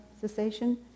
cessation